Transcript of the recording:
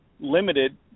limited